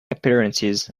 appearances